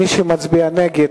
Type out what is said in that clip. מי שמצביע נגד,